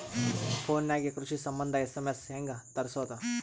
Phone ನಾಗೆ ಕೃಷಿ ಸಂಬಂಧ ಎಸ್.ಎಮ್.ಎಸ್ ಹೆಂಗ ತರಸೊದ?